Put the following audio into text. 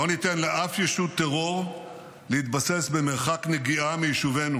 לא ניתן לאף ישות טרור להתבסס במרחק נגיעה מיישובינו.